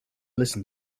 listen